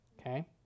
Okay